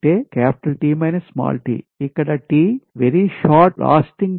అంటేT t ఇక్కడ tvery short lasting peak